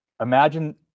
imagine